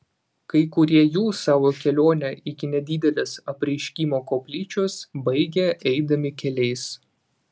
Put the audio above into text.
kai kurie jų savo kelionę iki nedidelės apreiškimo koplyčios baigė eidami keliais